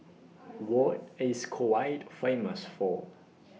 What IS Kuwait Famous For